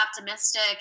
optimistic